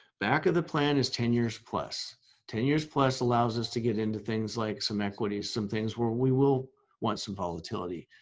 back of the plan is ten years plus ten years plus allows us to get into things like some equity some things where we will once volatility,